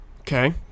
Okay